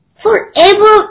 forever